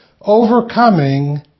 Overcoming